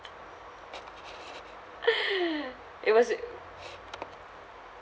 it was a